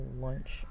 lunch